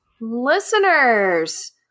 Listeners